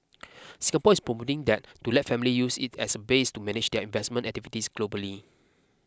Singapore is promoting that to let families use it as a base to manage their investment activities globally